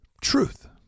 truth